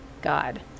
god